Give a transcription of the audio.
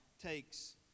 takes